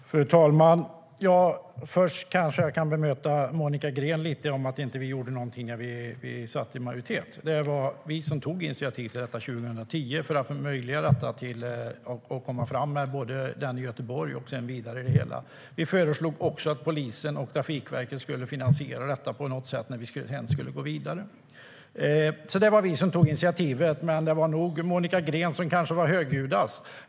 Fru talman! Först vill jag bemöta Monica Greens påstående att vi inte gjorde någonting när vi satt i majoritet. Det var vi som tog initiativ till detta 2010 för att möjliggöra verksamheten i Göteborg och annat. Vi föreslog också att polisen och Trafikverket skulle finansiera detta på något sätt när man skulle gå vidare. Det var alltså vi som tog initiativet, fast det nog var Monica Green som var högljuddast.